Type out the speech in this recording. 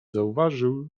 zauważył